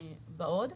ועוד.